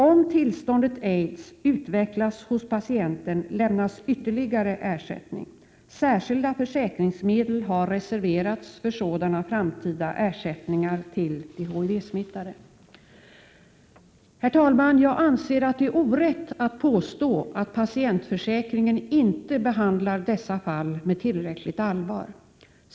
Om tillståndet aids utvecklas hos patienten lämnas ytterligare ersättning. Särskilda försäkringsmedel har reserverats för sådana framtida ersättningar till de HIV-smittade. Herr talman! Jag anser att det är orätt att påstå att patientförsäkringen inte behandlar dessa fall med tillräckligt allvar.